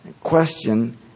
question